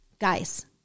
Guys